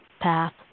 Path